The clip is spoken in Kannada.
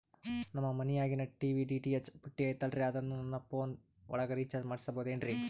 ನಮ್ಮ ಮನಿಯಾಗಿನ ಟಿ.ವಿ ಡಿ.ಟಿ.ಹೆಚ್ ಪುಟ್ಟಿ ಐತಲ್ರೇ ಅದನ್ನ ನನ್ನ ಪೋನ್ ಒಳಗ ರೇಚಾರ್ಜ ಮಾಡಸಿಬಹುದೇನ್ರಿ?